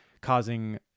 causing